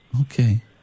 Okay